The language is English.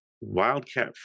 Wildcat